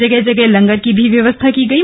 जगह जगह लंगर की भी व्यवस्था की गई है